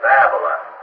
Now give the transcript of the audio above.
Babylon